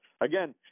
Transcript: again